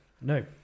No